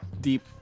deep